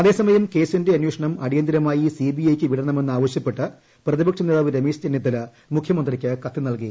അതേസമയം കേസിന്റെ അന്വേഷണം അടിയന്തിരമായി സി ബി ഐക്ക് വിടണം എന്നാവശ്യപ്പെട്ട് പ്രതിപക്ഷ നേതാവ് രമേശ് ചെന്നിത്തല മുഖ്യമന്ത്രിക്ക് കത് നിൽകി